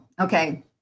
Okay